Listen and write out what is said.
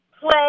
play